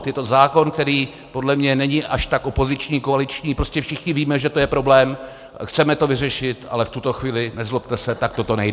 Je to zákon, který podle mě není až tak opoziční, koaliční, prostě všichni víme, že to je problém, chceme to vyřešit, ale v tuto chvíli, nezlobte se, takto to nejde.